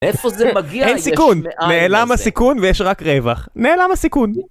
איפה זה מגיע? אין סיכון, נעלם הסיכון ויש רק רווח. נעלם הסיכון.